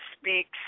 speaks